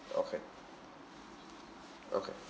okay okay